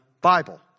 Bible